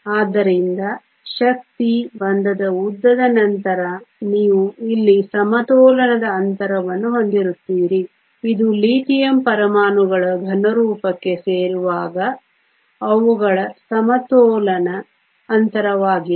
ಆದ್ದರಿಂದ ಶಕ್ತಿ ಬಂಧದ ಉದ್ದದ ನಂತರ ನೀವು ಇಲ್ಲಿ ಸಮತೋಲನದ ಅಂತರವನ್ನು ಹೊಂದಿರುತ್ತೀರಿ ಇದು ಲಿಥಿಯಂ ಪರಮಾಣುಗಳು ಘನರೂಪಕ್ಕೆ ಸೇರುವಾಗ ಅವುಗಳ ಸಮತೋಲನ ಅಂತರವಾಗಿದೆ